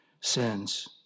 sins